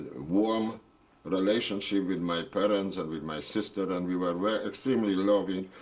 warm relationship with my parents and with my sister, and we were extremely loving